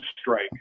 strike